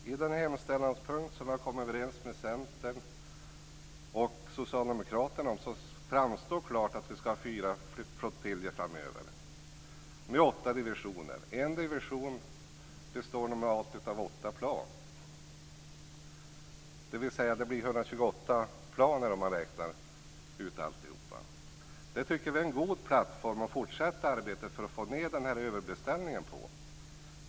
Fru talman! I den hemställanspunkt som vi kommit överens med Centern och Socialdemokraterna om framstår klart att vi ska ha fyra flygflottiljer framöver med åtta divisioner. En division består av åtta plan, dvs. att det blir 128 plan totalt räknat. Det tycker vi är en god plattform för att fortsätta arbetet med att få ned överbeställningen.